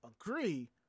agree